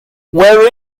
where